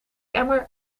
emmer